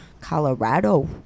Colorado